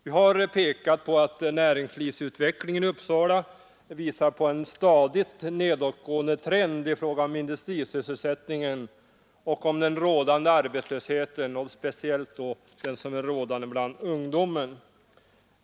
Vi har pekat på att näringslivsutvecklingen i Uppsala visar på en stadigt nedåtgående trend i fråga om industrisysselsättningen samt på den rådande arbetslösheten, speciellt bland ungdomen.